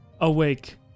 Awake